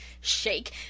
shake